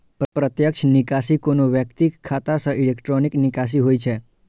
प्रत्यक्ष निकासी कोनो व्यक्तिक खाता सं इलेक्ट्रॉनिक निकासी होइ छै